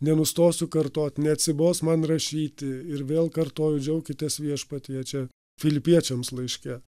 nenustosiu kartot neatsibos man rašyti ir vėl kartoju džiaukitės viešpatyje čia filipiečiams laiške